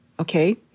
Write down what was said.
Okay